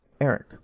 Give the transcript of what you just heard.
Eric